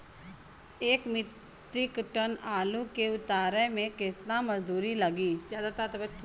एक metric ton आलू के उतारे मे कितना मजदूर लागि?